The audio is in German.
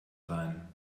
sein